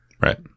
Right